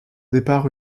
départ